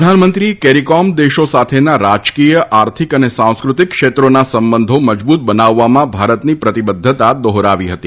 પ્રધાનમંત્રીએ કેરીકોમ દેશો સાથેના રાજકીય આર્થિક અને સાંસ્ક્રતિક ક્ષેત્રોના સંબંધો મજબુત બનાવવામાં ભારતની પ્રતિબધ્ધતા દોહરાવી હતી